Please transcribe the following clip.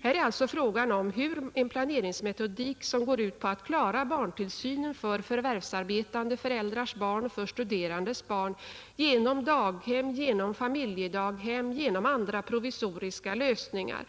Här är det alltså fråga om en planeringsmetodik som går ut på att klara barntillsynen för förvärvsarbetande föräldrars barn och för studerandes barn genom daghem, familjedaghem och provisoriska lösningar.